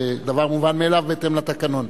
זה דבר מובן מאליו בהתאם לתקנון.